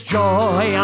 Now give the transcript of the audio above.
joy